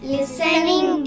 Listening